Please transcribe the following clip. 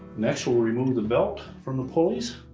next, we'll remove the belt from the pulleys.